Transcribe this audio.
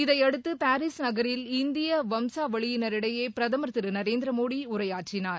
இதையடுத்து பாரிஸ் நகரில் இந்திய வம்சாவளியினரிடையே பிரதமர் திரு நரேந்திரமோடி உரையாற்றினார்